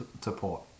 support